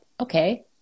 okay